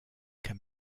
can